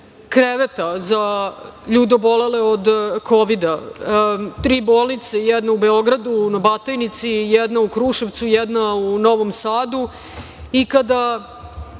kreveta za ljude obolele od Kovida. Tri bolnice, jednu u Beogradu, u Batajnici, jednu u Kruševcu, jednu u Novom Sadu i kada